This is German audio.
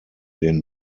den